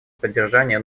поддержания